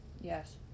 yes